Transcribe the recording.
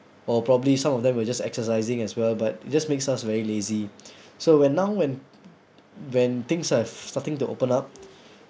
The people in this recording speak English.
or probably some of them were just exercising as well but it just makes us very lazy so when now when when things are starting to open up